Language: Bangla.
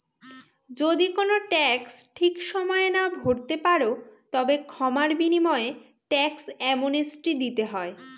যদি কোনো ট্যাক্স ঠিক সময়ে না ভরতে পারো, তবে ক্ষমার বিনিময়ে ট্যাক্স অ্যামনেস্টি দিতে হয়